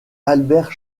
albert